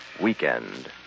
Weekend